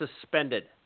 suspended